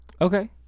Okay